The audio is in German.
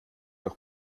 doch